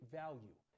value